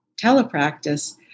telepractice